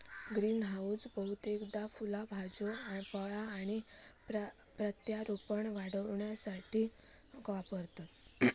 greenhouse बहुतेकदा फुला भाज्यो फळा आणि प्रत्यारोपण वाढविण्यासाठी वापरतत